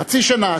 חצי שנה,